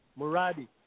Muradi